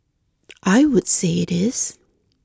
I would say it is